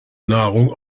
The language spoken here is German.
nahrung